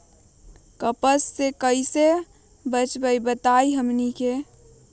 कपस से कईसे बचब बताई हमनी के?